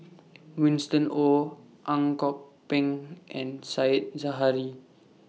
Winston Oh Ang Kok Peng and Said Zahari